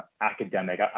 academic